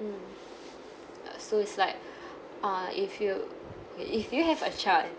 mm uh so it's like uh if you if you have a child